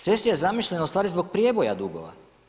Cesija je zamišljena ustvari zbog prijevoja dugova.